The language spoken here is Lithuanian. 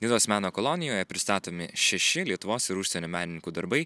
nidos meno kolonijoje pristatomi šeši lietuvos ir užsienio menininkų darbai